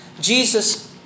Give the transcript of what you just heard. Jesus